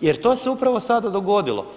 jer to se upravo sada dogodilo.